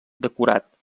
decorat